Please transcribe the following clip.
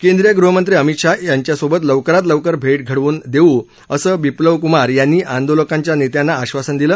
केंद्रीय गृहमंत्री अमित शाह यांच्यासोबत लवकरात लवकर भेट घडवून देऊ असं बिप्लव क्मार यांनी आंदोलक नेत्यांना दिलं